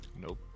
Nope